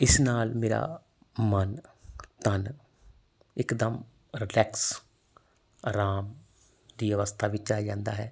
ਇਸ ਨਾਲ ਮੇਰਾ ਮਨ ਤਨ ਇੱਕਦਮ ਰਿਲੈਕਸ ਆਰਾਮ ਦੀ ਅਵਸਥਾ ਵਿੱਚ ਆ ਜਾਂਦਾ ਹੈ